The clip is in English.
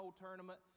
Tournament